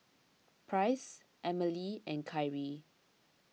Price Emilee and Kyree